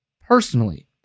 personally